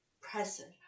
present